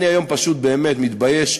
אני היום פשוט באמת מתבייש,